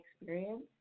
experience